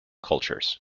cultures